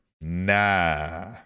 nah